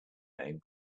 name